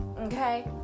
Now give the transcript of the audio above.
okay